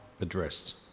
addressed